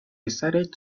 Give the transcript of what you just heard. decided